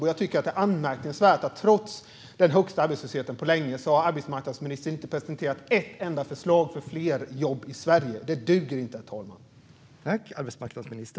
Det är anmärkningsvärt att arbetsmarknadsministern trots den högsta arbetslösheten på länge inte har presenterat ett enda förslag för fler jobb i Sverige.